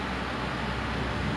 bags like